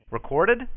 Recorded